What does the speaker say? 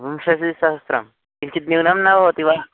विंशतिसहस्रं किञ्चित् न्यूनं न भवति वा